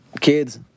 Kids